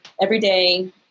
everyday